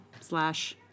slash